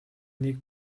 нэг